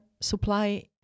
supply